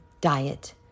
diet